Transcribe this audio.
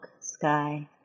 sky